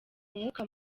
mwuka